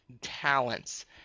talents